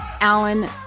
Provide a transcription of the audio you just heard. Alan